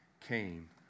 came